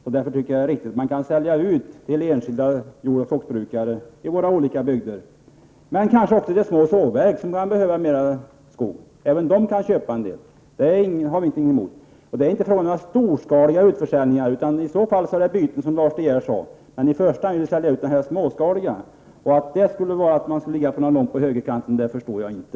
Då tycker jag att det är riktigt att man säljer ut till enskilda jord och skogsbrukare i olika bygder och kanske också till små sågverk som behöver mer skog. Även de kan köpa en del. Jag har ingenting emot det. Det är inte fråga om storskaliga utförsäljningar utan i så fall byten, som Lars De Geer sade. I första hand vill vi sälja ut småskaligt. Att det skulle göra att man anser mig ligga ute på högerkanten förstår jag inte.